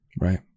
Right